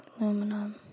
Aluminum